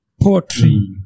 poetry